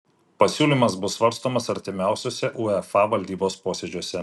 pasiūlymas bus svarstomas artimiausiuose uefa valdybos posėdžiuose